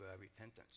repentance